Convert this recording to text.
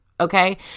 Okay